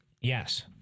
Yes